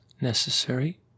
necessary